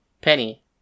Penny